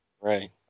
Right